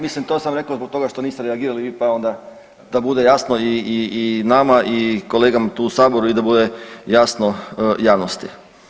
Mislim to sam rekao zbog toga što niste reagirali vi pa onda da bude jasno i nama i kolegama tu u Saboru i da bude jasno javnosti.